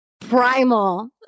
primal